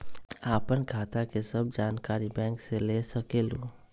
आपन खाता के सब जानकारी बैंक से ले सकेलु?